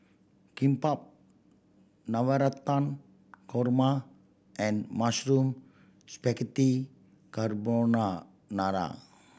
Kimbap Navratan Korma and Mushroom Spaghetti